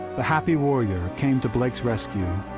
the happy warrior came to blake's rescue,